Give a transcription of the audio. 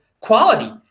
quality